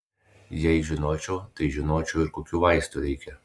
jei žinočiau tai žinočiau ir kokių vaistų reikia